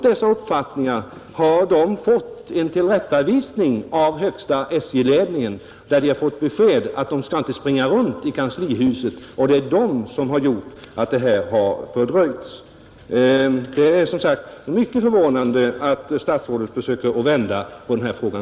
De har blivit tillrättavisade av högsta SJ-ledningen och uppmanats att inte springa runt i kanslihuset, därför att det är detta som gjort att saken har fördröjts. Det är, som sagt, mycket förvånande att statsrådet försöker vända på den här frågan.